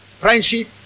Friendship